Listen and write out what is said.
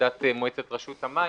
מועצת רשות המים,